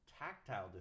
tactile